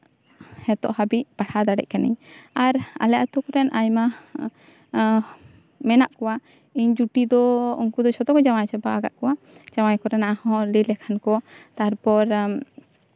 ᱱᱤᱛᱚᱜ ᱦᱟᱹᱵᱤᱡ ᱯᱟᱲᱦᱟᱜ ᱫᱟᱲᱮ ᱠᱟᱹᱱᱟᱹᱧ ᱟᱨ ᱟᱞᱮ ᱟᱛᱳ ᱠᱚᱨᱮᱱ ᱟᱭᱢᱟ ᱢᱮᱱᱟᱜ ᱠᱚᱣᱟ ᱤᱧ ᱡᱩᱴᱤ ᱫᱚ ᱩᱱᱠᱩ ᱫᱚ ᱡᱷᱚᱛᱚ ᱠᱚ ᱡᱟᱶᱟᱭ ᱪᱟᱵᱟ ᱠᱟᱜ ᱠᱚᱣᱟ ᱡᱟᱶᱟᱭ ᱠᱚᱨᱮᱱᱟᱜ ᱦᱚᱸ ᱞᱟᱹᱭ ᱞᱮᱠᱷᱟᱱ ᱠᱚ ᱛᱟᱨᱯᱚᱨ ᱟᱢ